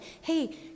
Hey